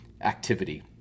activity